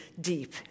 deep